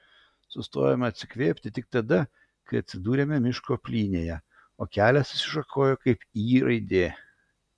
sustojome atsikvėpti tik tada kai atsidūrėme miško plynėje o kelias išsišakojo kaip y raidė